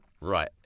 right